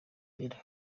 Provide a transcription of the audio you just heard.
perezida